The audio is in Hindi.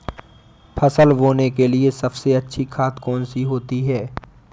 फसल बोने के लिए सबसे अच्छी खाद कौन सी होती है?